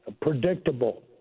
predictable